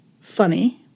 funny